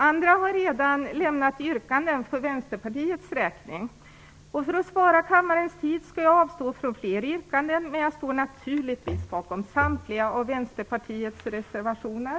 Andra har redan lämnat yrkanden för Vänsterpartiets räkning. För att spara kammarens tid skall jag avstå från fler yrkanden, men jag står naturligtvis bakom samtliga av Vänsterpartiets reservationer.